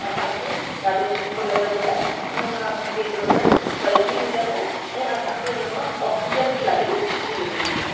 असांखे ॾाढो सुठो लॻंदो आहे उनमां असांखे हिकिड़ो त फल बि मिलंदा आहिनि ऐं असांखे उनमां ऑक्सीजन बि ॾाढी सुठी मिलंदी आहे